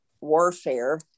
warfare